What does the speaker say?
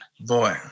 Boy